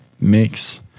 mix